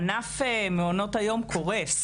ענף מעונות היום קורס,